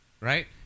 right